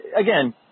again